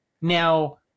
Now